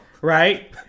right